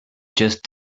just